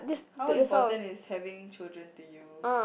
how important is having children to you